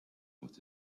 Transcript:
with